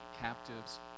captives